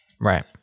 Right